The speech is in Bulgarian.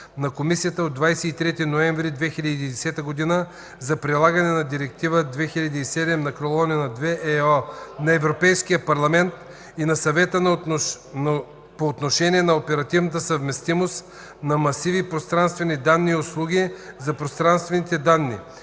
на Комисията от 23 ноември 2010 г. за прилагане на Директива 2007/2/ЕО на Европейския парламент и на Съвета по отношение на оперативната съвместимост на масиви от пространствени данни и услуги за пространствени данни,